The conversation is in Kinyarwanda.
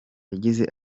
yagize